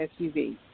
SUV